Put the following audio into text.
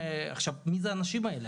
ומי זה האנשים האלה?